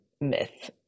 myth